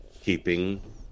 keeping